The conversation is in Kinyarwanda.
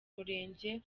murenge